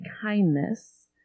kindness